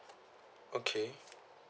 okay